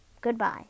goodbye